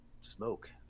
smoke